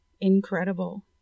incredible